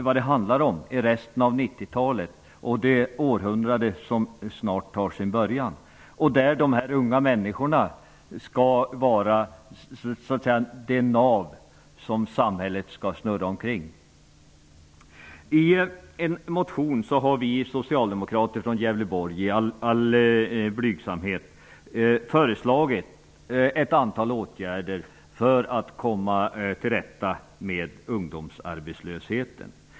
Vad det handlar om är resten av 90-talet och det århundrade som snart tar sin början, då dessa unga människor skall vara det nav som samhället snurrar kring. I en motion har vi socialdemokrater från Gävleborg i all blygsamhet föreslagit ett antal åtgärder för att komma till rätta med ungdomsarbetslösheten.